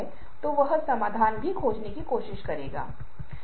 इसलिए ये अशाब्दिक संचार के बारे में कुछ बहुत ही रोचक बातें हैं